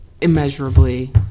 immeasurably